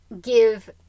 give